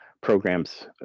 programs